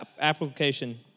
application